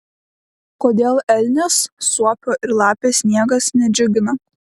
kodėl elnės suopio ir lapės sniegas nedžiugina